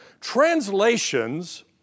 Translations